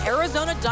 Arizona